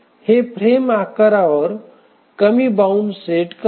हे फ्रेम आकारावर कमी बाउंड सेट करते